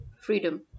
freedom